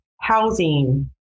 housing